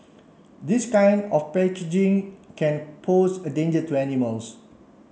this kind of packaging can pose a danger to animals